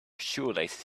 shoelaces